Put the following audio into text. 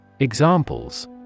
Examples